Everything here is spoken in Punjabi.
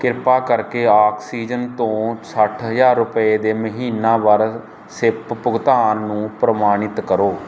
ਕਿਰਪਾ ਕਰਕੇ ਆਕਸੀਜਨ ਤੋਂ ਸੱਠ ਹਜ਼ਾਰ ਰੁਪਏ ਦੇ ਮਹੀਨਾਵਾਰ ਸਿੱਪ ਭੁਗਤਾਨ ਨੂੰ ਪ੍ਰਮਾਣਿਤ ਕਰੋ